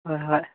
ꯍꯣꯏ ꯍꯣꯏ